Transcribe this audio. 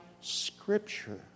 scripture